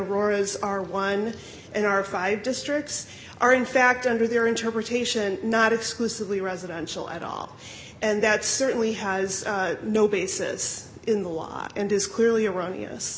roads are one in our five districts are in fact under their interpretation not exclusively residential at all and that certainly has no basis in the law and is clearly erroneous